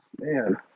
man